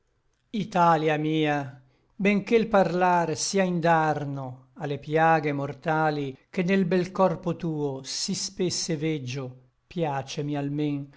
italia mia benché l parlar sia indarno a le piaghe mortali che nel bel corpo tuo sí spesse veggio piacemi almen